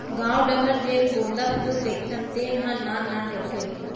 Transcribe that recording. गॉंव डहर जेन गोंदा फूल देखथन तेन ह नान नान रथे